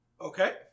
Okay